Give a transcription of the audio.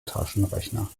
taschenrechner